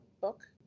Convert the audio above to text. book